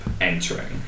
entering